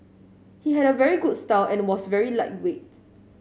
he had a very good style and was very lightweight